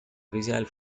oficial